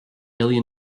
alien